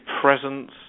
presence